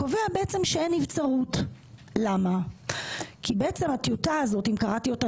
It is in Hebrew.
קובע בעצם שאין נבצרות כי בעצם הטיוטה הזאת אם קראתי אותה